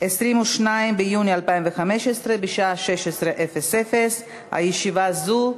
22 ביוני 2015, בשעה 16:00. ישיבה זו